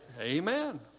Amen